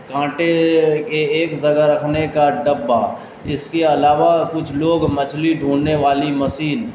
کانٹے کے ایک جگہ رکھنے کا ڈبہ اس کے علاوہ کچھ لوگ مچھلی ڈھونڈنے والی مسین